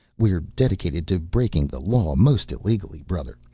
we're dedicated to breaking the law most illegally, brother.